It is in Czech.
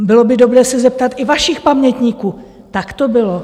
Bylo by dobré se zeptat i vašich pamětníků, tak to bylo.